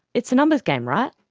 it's a numbers game, right?